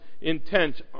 intent